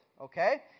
okay